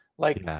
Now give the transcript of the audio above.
like,